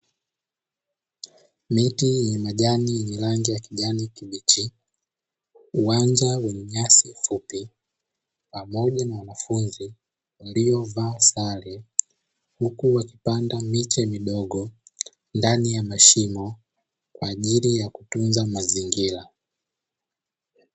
Miti yenye majani yenye rangi ya kijani kibichi, uwanja wenye nyasi fupi pamoja na wanafunzi waliovaa sare, huku wakipanda miche midogo ndani ya mashimo, kwa ajili ya kutunza mazingira.